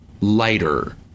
lighter